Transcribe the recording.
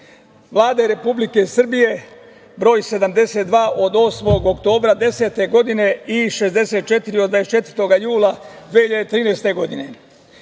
Vlade Republike Srbije broj 72, od 8. oktobra 2010. godine i 64 od 24. jula 2013. godine.